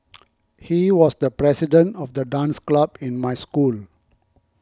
he was the president of the dance club in my school